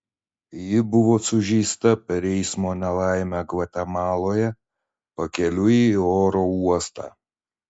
ji buvo sužeista per eismo nelaimę gvatemaloje pakeliui į oro uostą